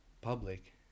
public